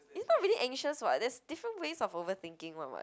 is not really anxious what there's different ways of overthinking [one] [what]